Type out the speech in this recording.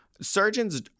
surgeons